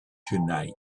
tonight